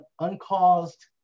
Uncaused